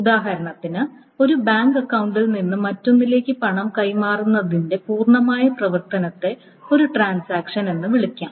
ഉദാഹരണത്തിന് ഒരു ബാങ്ക് അക്കൌണ്ടിൽ നിന്ന് മറ്റൊന്നിലേക്ക് പണം കൈമാറുന്നതിന്റെ പൂർണ്ണമായ പ്രവർത്തനത്തെ ഒരു ട്രാൻസാക്ഷൻ എന്ന് വിളിക്കാം